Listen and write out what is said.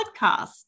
podcast